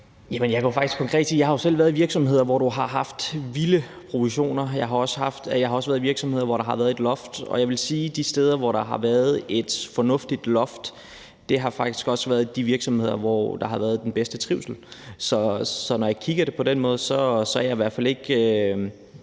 Jeg har jo selv været i virksomheder, hvor man havde vilde provisioner; jeg har også været i virksomheder, hvor der var et loft, og jeg vil sige, at de steder, hvor der var et fornuftigt loft, også faktisk var de virksomheder, hvor der var den bedste trivsel. Så når jeg kigger på det på den måde, er jeg i hvert fald ikke